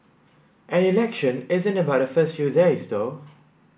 an election isn't about the first few days though